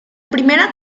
primera